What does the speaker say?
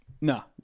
No